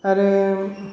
आरो